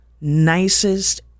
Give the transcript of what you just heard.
nicest